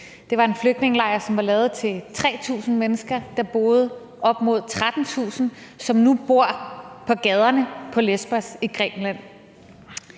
Det var en flygtningelejr, som var lavet til 3.000 mennesker. Der boede op mod 13.000, som nu bor på gaderne på Lesbos i Grækenland.